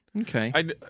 Okay